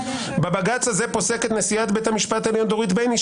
בבג"ץ הזה פוסקת נשיאת בית המשפט העליון דורית בייניש,